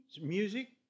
music